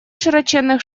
широченных